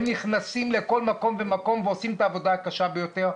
נכנסים לכל מקום ועושים את העבודה הקשה ביותר.